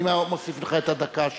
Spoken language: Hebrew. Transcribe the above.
אני מוסיף לך את הדקה השלמה.